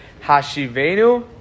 hashivenu